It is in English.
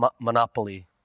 monopoly